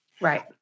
Right